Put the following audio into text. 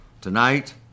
Tonight